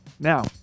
Now